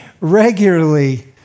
regularly